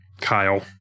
Kyle